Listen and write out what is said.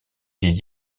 des